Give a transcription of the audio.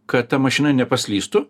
kad ta mašina nepaslystų